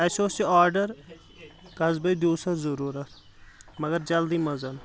اسہِ اوس یہِ آڈر قصبَے دیوسس ضوروٗرت مگر جلدی منز